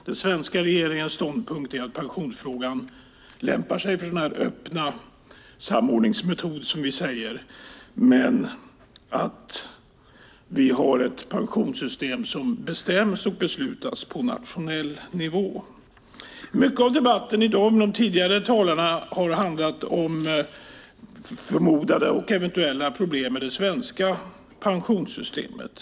Den svenska regeringens ståndpunkt är att pensionsfrågan lämpar sig för den öppna samordningsmetoden, som vi säger, men att vi har ett pensionssystem som beslutas på nationell nivå. Mycket av debatten i dag från tidigare talares sida har handlat om förmodade och eventuella problem med det svenska pensionssystemet.